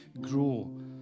grow